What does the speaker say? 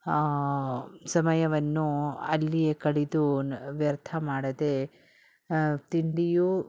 ಸಮಯವನ್ನು ಅಲ್ಲಿಯೇ ಕಳೆದು ನ ವ್ಯರ್ಥ ಮಾಡದೇ ತಿಂಡಿಯೂ